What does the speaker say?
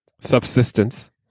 Subsistence